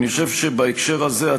אני חושב שבהקשר הזה,